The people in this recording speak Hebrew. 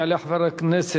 יעלה חבר הכנסת